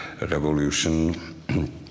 Revolution